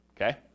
okay